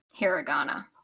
hiragana